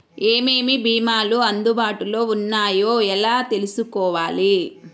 ఏమేమి భీమాలు అందుబాటులో వున్నాయో ఎలా తెలుసుకోవాలి?